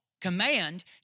command